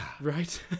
right